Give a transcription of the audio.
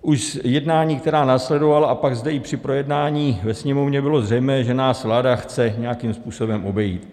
Už z jednání, která následovala, a pak zde i při projednání ve Sněmovně bylo zřejmé, že nás vláda chce nějakým způsobem obejít.